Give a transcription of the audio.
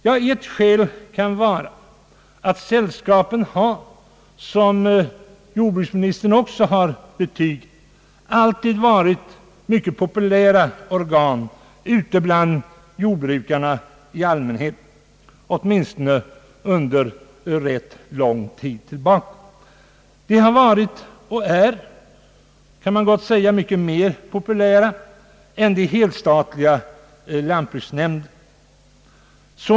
Ja, ett skäl kan vara att sällskapen, såsom jordbruksministern också har betygat, i allmänhet har varit mycket populära organ ute ibland jorbrukarna sedan rätt lång tid tillbaka. De har varit och är, man kan gott säga, mycket populärare än de helstatliga lantbruksnämnderna.